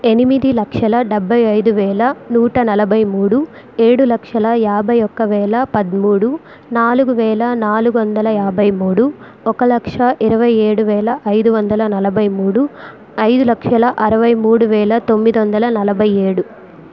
ఎనిమిది లక్షల డెబ్భై ఐదు వేల నూట నలబై మూడు ఏడు లక్షల యాభై ఒక్క వేల పద్మూడు నాలుగు వేల నాలుగు వందల యాబై మూడు ఒక లక్ష ఇరవై ఏడు వేల ఐదు వందల నలభై మూడు ఐదు లక్షల అరవై మూడు వేల తొమ్మిది వందల నలభై ఏడు